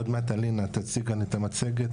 עוד מעט אלינה תציג כאן את המצגת.